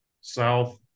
South